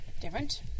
different